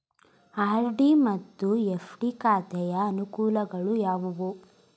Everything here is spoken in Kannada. ಆರ್.ಡಿ ಮತ್ತು ಎಫ್.ಡಿ ಖಾತೆಯ ಅನುಕೂಲಗಳು ಯಾವುವು?